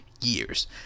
years